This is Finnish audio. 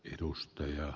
edustaja